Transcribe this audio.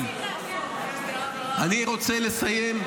אני רוצה לסיים.